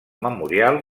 memorial